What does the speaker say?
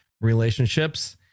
Relationships